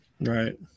Right